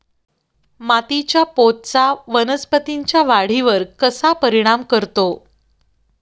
मातीच्या पोतचा वनस्पतींच्या वाढीवर कसा परिणाम करतो?